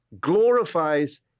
glorifies